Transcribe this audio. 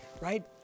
Right